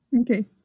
Okay